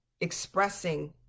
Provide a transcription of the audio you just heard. expressing